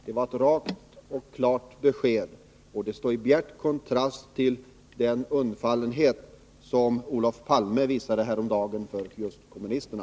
Det var ett rakt och klart besked, och det står i bjärt kontrast till den undfallenhet som Olof Palme visade häromdagen mot just kommunisterna.